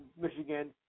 Michigan